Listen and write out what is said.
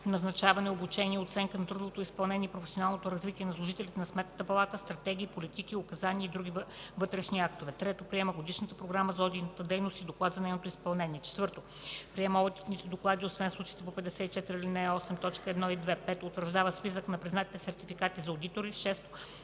назначаване, обучение, оценка на трудовото изпълнение и професионалното развитие на служителите на Сметната палата, стратегии, политики, указания и други вътрешни актове; 3. приема Годишна програма за одитната дейност и доклад за нейното изпълнение; 4. приема одитни доклади, освен в случаите по чл. 54, ал. 8, т. 1 и 2; 5. утвърждава списък на признатите сертификати за одитори; 6.